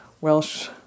Welsh